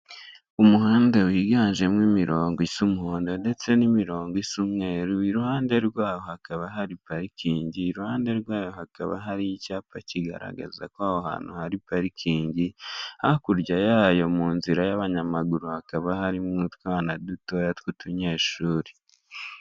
umuhanda wiganjemo imirongo isa umuhondo ndetse n'imirongo isa umweru iruhande rwaho hakaba hari parikingi, iruhande rwayo hakaba hari icyapa kigaragaza ko aho hantu hari parikingi hakurya yayo mu nzira y'abanyamaguru hakaba harimo utwana dutoya tw'utunyeshuri.